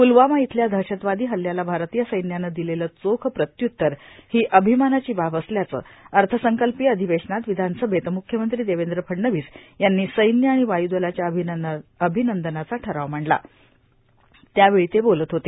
प्लवामा इथल्या दहशतवादो हल्ल्याला भारतीय सैन्यानं र्दिलेलं चोख प्रत्युत्तर हो र्आभमानाची बाब असल्याचं अथसंकल्पीय र्आधवेशनात र्विधानसभेत मुख्यमंत्री देवद्र फडणवीस यांनी सैन्य आर्गाण वायुदलाच्या र्आभनंदनाचा ठराव मांडला त्यावेळी ते बोलत होते